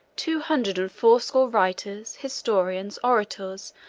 two hundred and fourscore writers, historians, orators,